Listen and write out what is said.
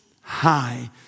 high